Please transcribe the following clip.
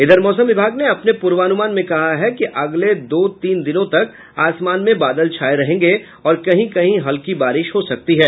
इधर मौसम विभाग ने अपने पूर्वानुमान में कहा है कि अगले दो तीन दिनों तक आसमान में बादल छाये रहेंगे और कहीं कहीं हल्की बारिश हो सकती है